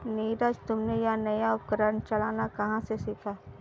नीरज तुमने यह नया उपकरण चलाना कहां से सीखा?